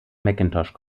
macintosh